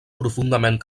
profundament